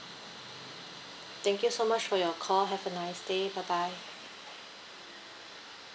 thank you so much for your call have a nice day bye bye